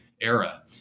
era